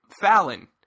Fallon